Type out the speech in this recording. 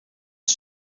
ist